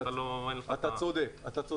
אתה צודק.